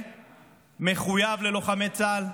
מחויב ללוחמי צה"ל,